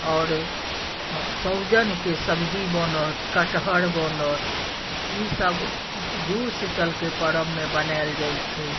आओर सहजनके सब्जी बनत कटहर बनत ईसभ जुड़ शीतलके पर्वमे बनाएल जाइत छै